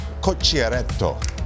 Cocciaretto